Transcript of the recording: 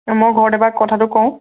মই ঘৰত এবাক কথাটো কওঁ